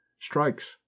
Strikes